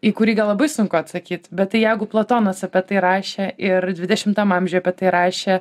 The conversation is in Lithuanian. į kurį gal labai sunku atsakyt bet tai jeigu platonas apie tai rašė ir dvidešimtam amžiui apie tai rašė